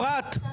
אפרת.